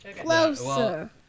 Closer